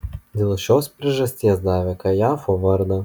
dėl šios priežasties davė kajafo vardą